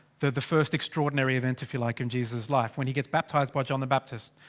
the the first extraordinary event, if you like, in jesus' life when he gets baptised by john the baptist.